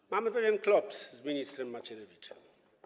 Ale mamy pewien klops z ministrem Macierewiczem.